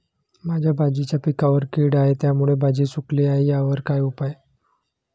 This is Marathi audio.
माझ्या भाजीच्या पिकावर कीड आहे त्यामुळे भाजी सुकली आहे यावर काय उपाय?